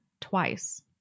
twice